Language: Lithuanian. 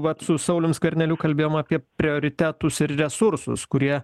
vat su saulium skverneliu kalbėjom apie prioritetus ir resursus kurie